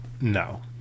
No